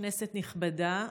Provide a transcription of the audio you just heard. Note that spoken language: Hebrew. כנסת נכבדה,